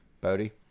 Bodhi